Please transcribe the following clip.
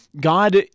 God